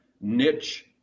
niche